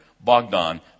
Bogdan